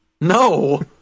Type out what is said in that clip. No